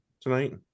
tonight